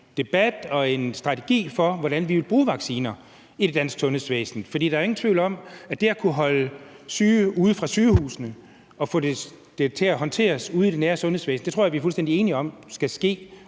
debat om og en strategi for, hvordan vi vil bruge vacciner i det danske sundhedsvæsen. For der er ingen tvivl om, at det at kunne holde syge ude fra sygehusene og få det håndteret ude i det nære sundhedsvæsen er vi fuldstændig enige om skal ske,